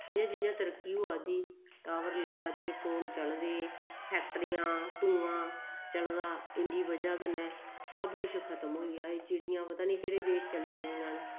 जियां जियां तरक्की होआ दी टावर लग्गा दे फोन चला दे फैक्ट्रियां धूआं चला दा इं'दी बजह् कन्नै सब कुछ खतम होई गेदा एह् चिड़ियां पता निं केह्ड़े देश चली गेदियां न